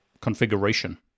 configuration